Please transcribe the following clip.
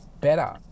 better